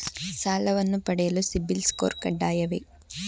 ಸಾಲವನ್ನು ಪಡೆಯಲು CIBIL score ಕಡ್ಡಾಯವೇ?